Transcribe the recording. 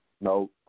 No